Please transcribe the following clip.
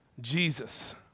Jesus